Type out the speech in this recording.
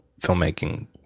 filmmaking